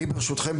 אני ברשותכם,